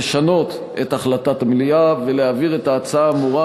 לשנות את החלטת המליאה ולהעביר את ההצעה האמורה